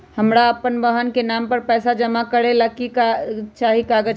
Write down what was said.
हमरा अपन बहन के नाम पर पैसा जमा करे ला कि सब चाहि कागज मे?